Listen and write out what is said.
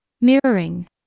Mirroring